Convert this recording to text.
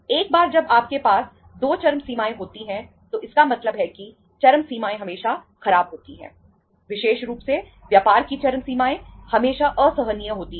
और एक बार जब आपके पास 2 चरम सीमाएं होती हैं तो इसका मतलब है कि चरम सीमाएं हमेशा खराब होती हैं विशेष रूप से व्यापार की चरम सीमाएं हमेशा असहनीय होती हैं